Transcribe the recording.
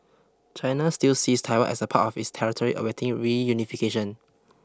China still sees Taiwan as part of its territory awaiting reunification